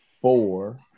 four